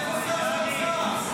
איפה שר האוצר?